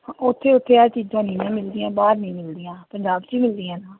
ਉੱਥੇ ਉੱਥੇ ਆਹ ਚੀਜ਼ਾਂ ਨਹੀਂ ਨਾ ਮਿਲਦੀਆਂ ਬਾਹਰ ਨਹੀਂ ਮਿਲਦੀਆਂ ਪੰਜਾਬ 'ਚ ਮਿਲਦੀਆਂ ਨਾ